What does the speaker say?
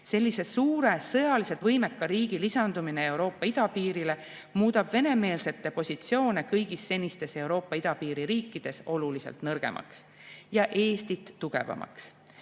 Sellise suure, sõjaliselt võimeka riigi lisandumine Euroopa idapiirile muudab venemeelsete positsioone kõigis senistes Euroopa idapiiri riikides oluliselt nõrgemaks ja Eestit tugevamaks.